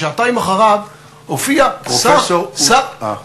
הודעה ליושב-ראש ועדת הכנסת,